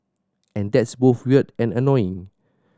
and that's both weird and annoying